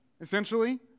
essentially